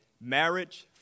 marriage